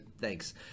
thanks